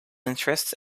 interests